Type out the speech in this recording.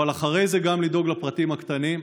אבל אחרי זה גם לדאוג לפרטים הקטנים.